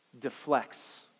deflects